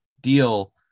deal